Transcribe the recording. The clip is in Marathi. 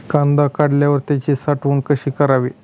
कांदा काढल्यावर त्याची साठवण कशी करावी?